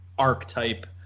archetype